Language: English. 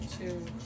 two